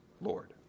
Lord